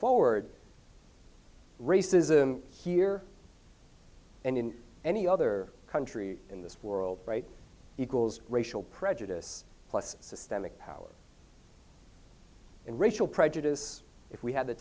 forward racism here and in any other country in this world equals racial prejudice plus systemic power and racial prejudice if we had the